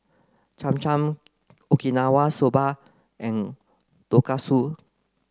Cham Cham Okinawa soba and Tonkatsu